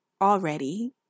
already